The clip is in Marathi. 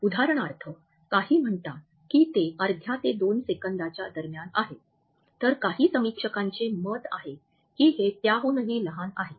उदाहरणार्थ काही म्हणतात की ते अर्ध्या ते दोन सेकंदाच्या दरम्यान आहे तर काही समीक्षकांचे मत आहे की हे त्याहूनही लहान आहे